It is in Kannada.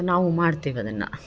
ನಾವು ಮಾಡ್ತೀವಿ ಅದನ್ನ